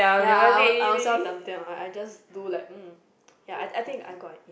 ya I I own ownself diam diam I just do like mm ya I think I got an A